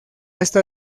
esta